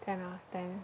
ten out of ten